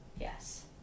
Yes